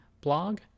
blog